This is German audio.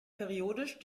periodisch